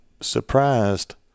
surprised